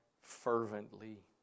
fervently